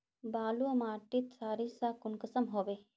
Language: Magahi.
बालू माटित सारीसा कुंसम होबे?